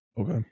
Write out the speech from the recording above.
okay